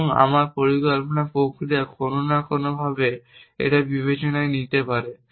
এবং আমার পরিকল্পনা প্রক্রিয়া কোন না কোনভাবে এটা বিবেচনায় নিতে হবে